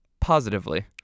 positively